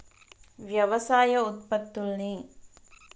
వ్యవసాయ ఉత్పత్తుల్ని